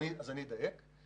אני אדייק את זה.